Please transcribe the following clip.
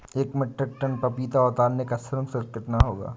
एक metric ton पपीता उतारने का श्रम शुल्क कितना होगा?